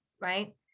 right